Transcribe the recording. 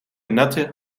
natte